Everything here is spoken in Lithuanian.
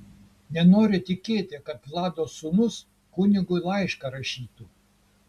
nenoriu tikėti kad vlado sūnūs kunigui laišką rašytų